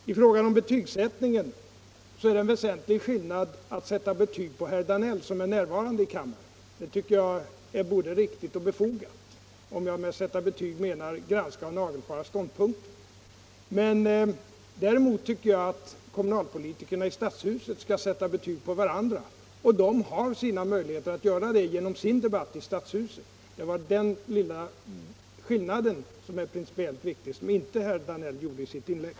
I fråga om betygsättningen så är det en väsentlig skillnad mellan att sätta betyg på herr Danell, som är närvarande i kammaren — då tycker jag att det är både riktigt och befogat om man med att sätta betyg menar att granska och nagelfara ståndpunkter — och sätta betyg på kommunalpolitikerna i Stockholms stadshus. De skall sätta betyg på varandra, tycker jag, och det har de möjligheter att göra genom sin debatt i stadshuset. Det är denna lilla skillnad som är principiellt viktig men som herr Danell inte tog hänsyn till i sitt inlägg.